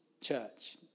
church